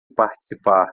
participar